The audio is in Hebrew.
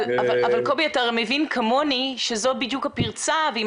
אתה מבין כמוני שזאת בדיוק הפרצה - ואם